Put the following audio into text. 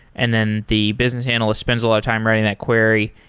and then the business analyst spends a lot of time writing that query.